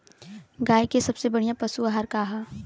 गाय के सबसे बढ़िया पशु आहार का ह?